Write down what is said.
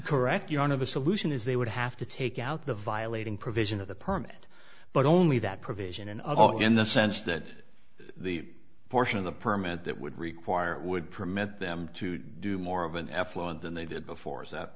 correct you on of the solution is they would have to take out the violating provision of the permit but only that provision of all in the sense that the portion of the permit that would require would permit them to do more of an affluent than they did before yes ok that